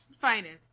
finest